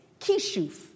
kishuf